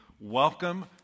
welcome